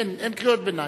אין קריאות ביניים.